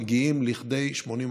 מגיעים לכדי 80%,